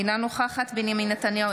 אינה נוכחת בנימין נתניהו,